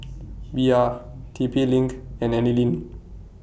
Bia T P LINK and Anlene